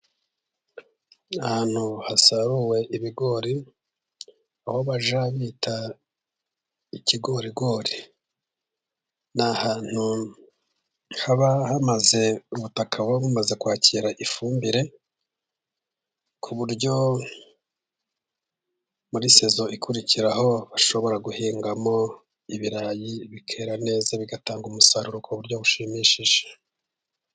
Ahantu hasaruwe ibigori, aho bajya bita ikigorigori. Ni ahantu haba hamaze, ubutaka buba bumaze kwakira ifumbire, ku buryo muri sezo ikurikiraho, bashobora guhingamo ibirayi, bikera neza bigatanga umusaruro ku buryo bushimishije.